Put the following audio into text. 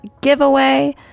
giveaway